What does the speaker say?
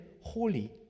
holy